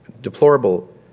deplorable